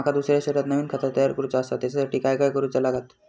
माका दुसऱ्या शहरात नवीन खाता तयार करूचा असा त्याच्यासाठी काय काय करू चा लागात?